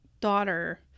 daughter